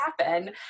happen